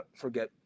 forget